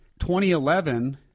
2011